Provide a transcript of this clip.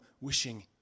wishing